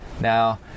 now